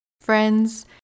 Friends